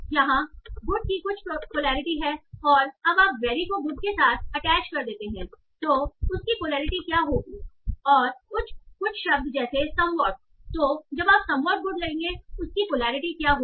यहां गुड की कुछ पोलैरिटी हैऔर अब आप वेरी को गुड के साथ अटैच कर देते हैं तो उसकी पोलैरिटी क्या होगीऔर कुछ शब्द जैसे समवॉटतो जब आप समवॉट गुड लेंगे उसकी पोलैरिटी क्या होगी